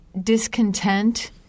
discontent